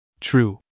True